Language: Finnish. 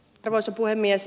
arvoisa puhemies